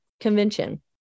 convention